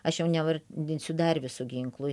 aš jau nevardinsiu dar visų ginklų